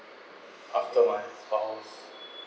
after my spouse